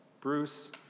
Bruce